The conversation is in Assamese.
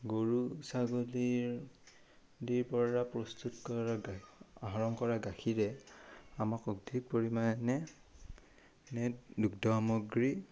গৰু ছাগলীৰ আদিৰ পৰা প্ৰস্তুত কৰা আহৰণ কৰা গাখীৰে আমাক অধিক পৰিমাণে দুগ্ধ সামগ্ৰী